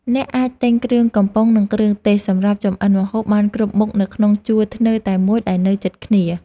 អ្នកអាចទិញគ្រឿងកំប៉ុងនិងគ្រឿងទេសសម្រាប់ចម្អិនម្ហូបបានគ្រប់មុខនៅក្នុងជួរធ្នើរតែមួយដែលនៅជិតគ្នា។